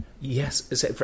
Yes